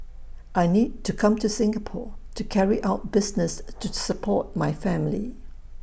I need to come to Singapore to carry out business to support my family